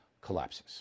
collapses